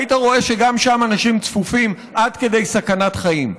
היית רואה שגם שם אנשים צפופים עד כדי סכנת חיים.